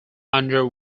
under